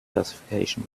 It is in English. classification